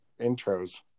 Intros